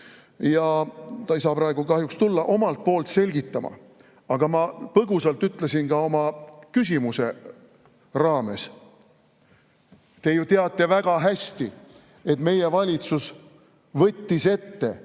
ja ta ei saa praegu kahjuks tulla omalt poolt selgitama. Aga ma põgusalt ütlesin ka oma küsimuse raames. Te ju teate väga hästi, et meie valitsus võttis ette